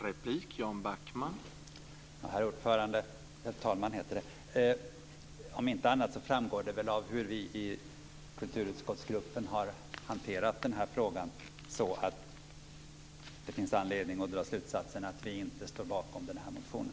Herr talman! Om inte annat så framgår väl detta av hur vi i kulturutskottsgruppen har hanterat den här frågan. Man kan av det dra den slutsatsen att vi inte står bakom den här motionen.